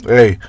Hey